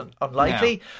unlikely